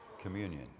communion